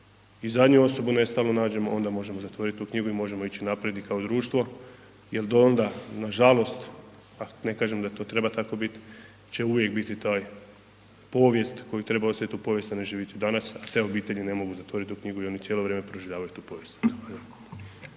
i zadnju osobu nestalo nađemo, onda možemo zatvoriti tu knjigu i možemo ići naprijed i kao društvo jer do onda nažalost, pa ne kažem da to treba tako bit će uvijek biti ta povijest koju treba u povijesti a ne živjeti u danas a te obitelji ne mogu zatvoriti tu knjigu i oni cijelo vrijeme proživljavaju tu povijest.